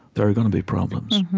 there are going to be problems.